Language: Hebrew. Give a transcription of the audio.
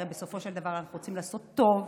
הרי בסופו של דבר אנחנו רוצים לעשות טוב,